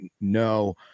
no